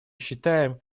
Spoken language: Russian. считаем